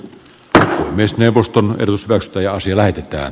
tämä myös neuvoston edustustoja siellä kyttää